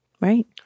right